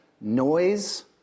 noise